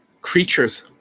creatures